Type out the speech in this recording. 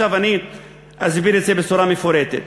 אני אסביר את זה בצורה מפורטת.